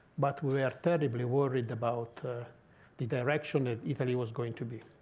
but we were terribly worried about the direction that italy was going to be.